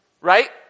Right